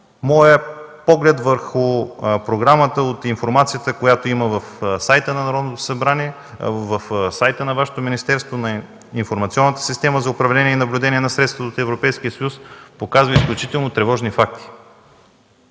Моят поглед върху програмата от информацията, която я има в сайта на Народното събрание, в сайта на Вашето министерство, в Информационната система за управление и наблюдение на средствата от Европейския съюз, показва изключително тревожни факти.